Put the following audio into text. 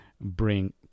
bring